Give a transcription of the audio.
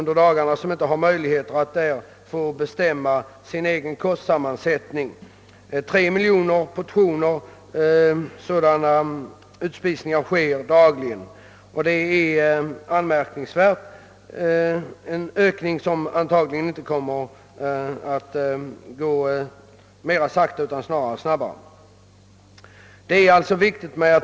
De har inte möjlighet att själva bestämma sin kostsammansättning. Tre miljoner portioner serveras nu dagligen, och denna siffra kommer förmodligen att stiga.